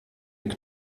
eine